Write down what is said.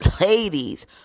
ladies